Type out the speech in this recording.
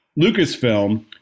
Lucasfilm